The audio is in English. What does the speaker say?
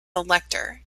elector